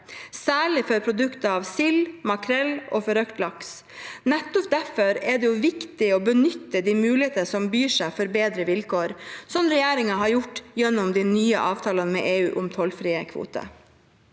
særlig for produkter av sild, makrell og for røkt laks. Nettopp derfor er det viktig å benytte de mulighetene som byr seg for bedre vilkår, slik regjeringen har gjort gjennom den nye avtalen med EU om tollfrie kvoter.